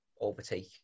overtake